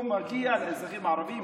או מגיע לאזרחים הערבים,